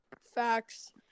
Facts